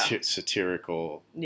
satirical